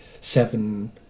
seven